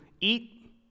eat